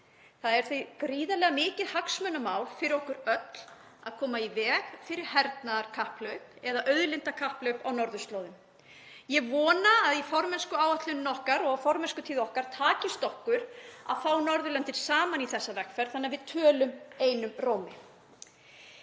Það er því gríðarlega mikið hagsmunamál fyrir okkur öll að koma í veg fyrir hernaðarkapphlaup eða auðlindakapphlaup á norðurslóðum. Ég vona að í formennskuáætlun okkar og í formennskutíð okkar takist okkur að fá Norðurlöndin saman í þessa vegferð þannig að við tölum einum rómi.